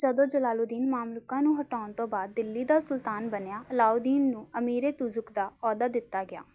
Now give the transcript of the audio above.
ਜਦੋਂ ਜਲਾਲੂਦੀਨ ਮਾਮਲੁਕਾਂ ਨੂੰ ਹਟਾਉਣ ਤੋਂ ਬਾਅਦ ਦਿੱਲੀ ਦਾ ਸੁਲਤਾਨ ਬਣਿਆ ਅਲਾਊਦੀਨ ਨੂੰ ਅਮੀਰ ਏ ਤੁਜ਼ੁਕ ਦਾ ਅਹੁਦਾ ਦਿੱਤਾ ਗਿਆ